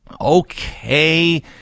Okay